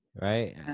right